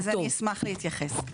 אשמח להתייחס.